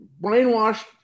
brainwashed